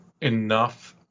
enough